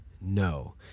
no